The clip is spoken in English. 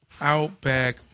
Outback